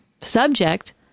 subject